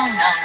no